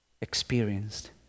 experienced